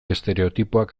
estereotipoak